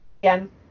again